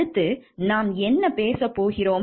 அடுத்து நாம் என்ன பேசப் போகிறோம்